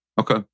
Okay